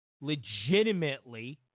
Legitimately